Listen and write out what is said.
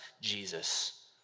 Jesus